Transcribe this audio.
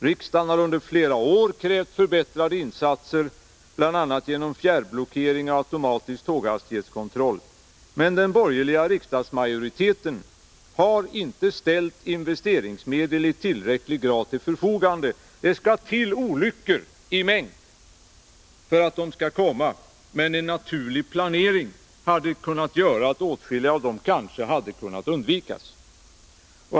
Riksdagen har under flera år krävt förbättrade insatser, bl.a. genom fjärrblockering och automatisk tåghastighetskontroll. Men den borgerliga riksdagsmajoriteten Nr 68 har inte ställt investeringsmedel i tillräcklig grad till förfogande. Det skall till olyckor i mängd för att medel skall komma, men en naturlig planering hade kunnat göra att åtskilliga av olyckorna kanske kunde ha undvikits.